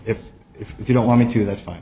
if if you don't want me to that's fine